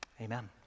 Amen